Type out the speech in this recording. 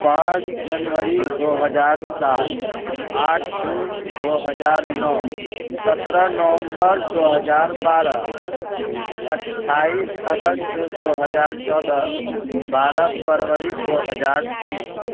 پانچ جنوری دو ہزار سات آٹھ جون دو ہزار نو سترہ نومبر دو ہزار بارہ اٹھائیس اگست دو ہزار چودہ بارہ فروری دو ہزار تین